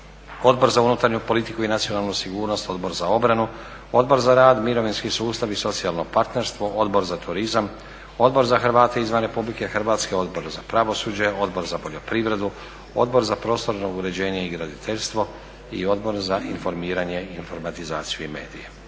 Odbor za unutarnju politiku i nacionalnu sigurnost, Odbor za obranu, Odbor za rad, mirovinski sustav i socijalno partnerstvo, Odbor za turizam, Odbor za Hrvate izvan RH, Odbor za pravosuđe, Odbor za poljoprivredu, Odbor za prostorno uređenje i graditeljstvo i Odbor za informiranje, informatizaciju i medije.